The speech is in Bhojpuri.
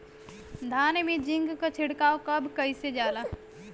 धान में जिंक क छिड़काव कब कइल जाला?